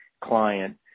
client